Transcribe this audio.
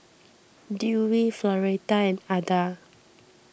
Dewey Floretta and Adda